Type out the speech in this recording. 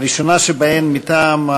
הראשונה שבהן, מטעם